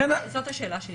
זאת השאלה שלי.